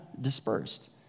dispersed